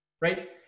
right